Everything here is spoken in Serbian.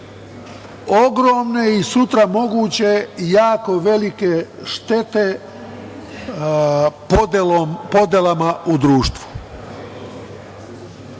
ogromne i sutra moguće jako velike štete podelama u društvu.S